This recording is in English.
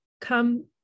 Come